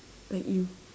like you